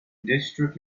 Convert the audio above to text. district